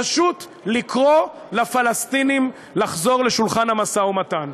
פשוט לקרוא לפלסטינים לחזור לשולחן המשא-ומתן.